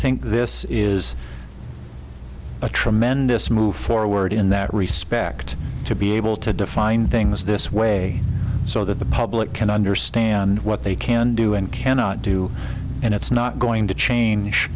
think this is a tremendous move forward in that respect to be able to define things this way so that the public can understand what they can do and cannot do and it's not going to change